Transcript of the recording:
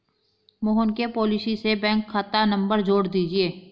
मोहन के पॉलिसी से बैंक खाता नंबर जोड़ दीजिए